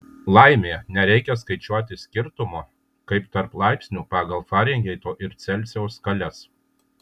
laimė nereikia skaičiuoti skirtumo kaip tarp laipsnių pagal farenheito ir celsijaus skales